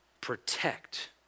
protect